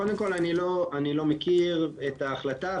אני לא מכיר את ההחלטה,